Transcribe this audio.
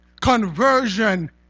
Conversion